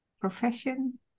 profession